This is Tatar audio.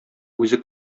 үзе